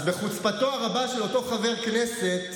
בחוצפתו הרבה של אותו חבר כנסת,